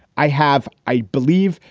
i have, i believe,